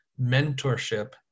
mentorship